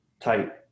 tight